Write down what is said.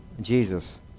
Jesus